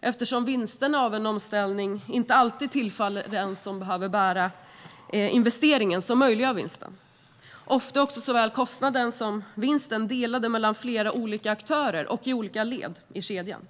eftersom vinsterna av en omställning inte alltid tillfaller den som behöver bära den investering som möjliggör vinsten. Ofta är också såväl kostnaden som vinsten delade mellan flera olika aktörer och i olika led i kedjan.